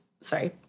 sorry